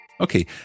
Okay